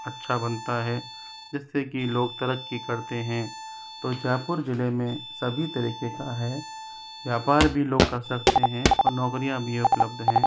अच्छा बनता है जिससे कि लोग तरक्की करते हैं तो जयपुर जिले में सभी तरीके का है व्यापार भी लोग कर सकते हैं और नौकरियाँ भी उपलब्ध हैं